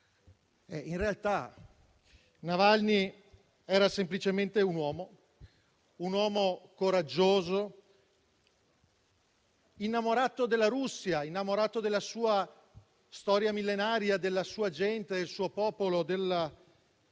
In realtà, Navalny era semplicemente un uomo coraggioso, innamorato della Russia, della sua storia millenaria, della sua gente, del suo popolo e della